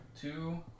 Two